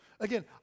Again